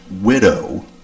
widow